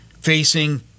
facing